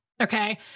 Okay